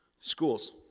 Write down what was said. schools